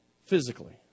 physically